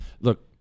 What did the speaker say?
look